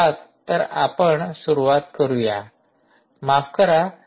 चला तर आपण सुरुवात करूया माफ करा